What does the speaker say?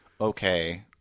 okay